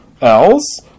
else